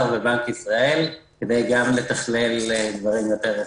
ובנק ישראל כדי גם לתכנן דברים יותר רחבים.